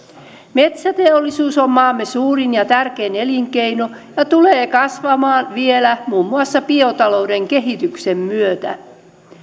metsäteollisuus on maamme suurin ja tärkein elinkeino ja tulee kasvamaan vielä muun muassa biotalouden kehityksen myötä